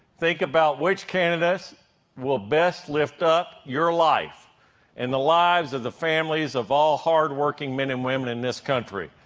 think about which candidates will best lift up your life and the lives of the families of all hard-working men and women in this country.